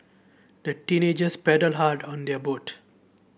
the teenagers paddled hard on their boat